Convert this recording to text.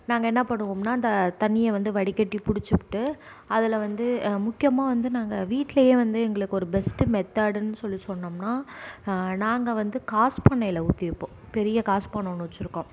நாங்கள் என்ன பண்ணுவோம்னால் இந்த தண்ணியை வந்து வடிகட்டி பிடிச்சிபுட்டு அதில் வந்து முக்கியமாக வந்து நாங்கள் வீட்லேயே வந்து எங்களுக்கு ஒரு பெஸ்ட் மெத்தேர்ட்ன்னு சொல்லி சொன்னோம்னால் நாங்கள் வந்து காஸ்பன்னையில் ஊற்றி வைப்போம் பெரிய காஸ்பானை ஒன்று வச்சுருக்கோம்